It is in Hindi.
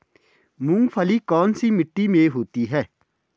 मूंगफली कौन सी मिट्टी में होती है?